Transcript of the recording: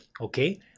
okay